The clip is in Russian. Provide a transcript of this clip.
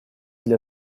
для